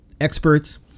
experts